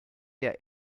der